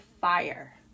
fire